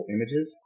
Images